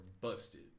busted